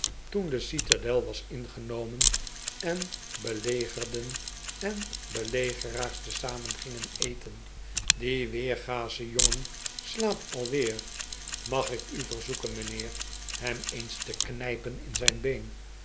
toen de citadel was ingenomen en belegerden en belegeraars tezamen gingen eten die weergasche jongen slaapt alweer mag ik u verzoeken mijnheer hem eens te knijpen in zijn been